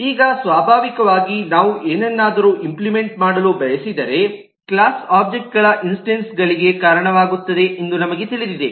ಈಗ ಸ್ವಾಭಾವಿಕವಾಗಿ ನಾವು ಏನನ್ನಾದರೂ ಇಂಪ್ಲಿಮೆಂಟ್ ಮಾಡಲು ಬಯಸಿದರೆ ಕ್ಲಾಸ್ ಒಬ್ಜೆಕ್ಟ್ಗಳ ಇನ್ಸ್ಟೆನ್ಸ್ಗಳಿಗೆ ಕಾರಣವಾಗುತ್ತದೆ ಎಂದು ನಮಗೆ ತಿಳಿದಿದೆ